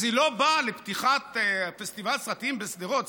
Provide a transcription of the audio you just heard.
אז היא לא באה לפתיחת פסטיבל סרטים בשדרות,